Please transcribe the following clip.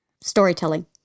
Storytelling